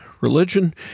religion